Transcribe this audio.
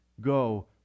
go